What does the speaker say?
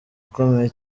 ukomeye